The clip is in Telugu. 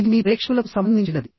ఇది మీ ప్రేక్షకులకు సంబంధించినది